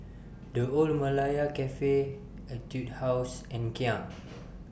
The Old Malaya Cafe Etude House and Kia